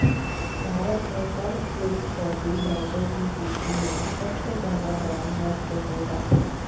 भारत में सर्वश्रेष्ठ कॉफी ब्रांडों की सूची में सबसे पहला ब्रांड नेस्कैफे है